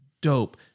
dope